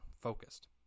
focused